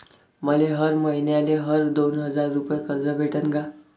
मले हर मईन्याले हर दोन हजार रुपये कर्ज भेटन का?